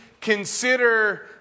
consider